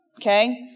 Okay